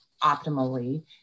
optimally